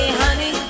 honey